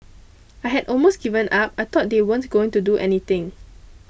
I had almost given up I thought they weren't going to do anything